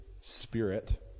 spirit